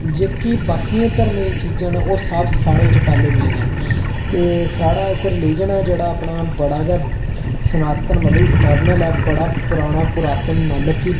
जेह्की बाकी धर्में दियां चीजां न ओह् सब साढ़े च पैह्लें दियां गै न ते साढ़ा इक रिलिजन ऐ जेहड़ा अपना बडा़ गै सनातन मतलब कि बडा पुराना पुरातन मतलब कि